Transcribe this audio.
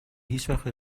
هیچوقت